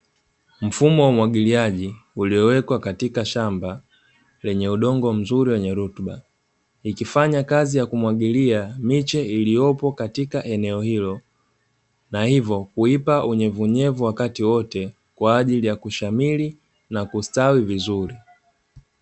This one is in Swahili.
Mfumo wa umwagiliaji uliowekwa katika shamba lenye udongo mzuri wenye rutuba, ikifanya kazi ya kumwagilia miche iliyopo katika eneo hilo, na hivyo kuipa unyevunyevu wakati wote kwa ajili ya kushamiri na kustawi vizuri.